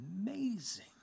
amazing